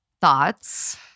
Thoughts